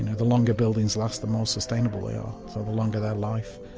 and the longer buildings last, the more sustainable they are. so the longer their life,